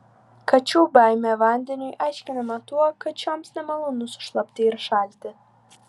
kačių baimė vandeniui aiškinama tuo kad šioms nemalonu sušlapti ir šalti